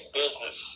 business